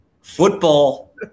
Football